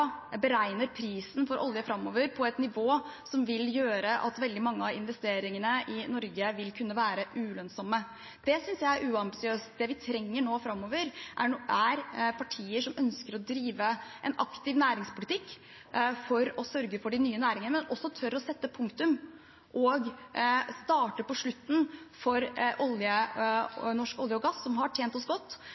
Norge vil kunne være ulønnsomme. Det synes jeg er uambisiøst. Det vi trenger nå framover, er partier som ønsker å drive en aktiv næringspolitikk for å sørge for de nye næringene, men som også tør å sette punktum og starte på slutten for norsk olje og gass, som har tjent oss godt,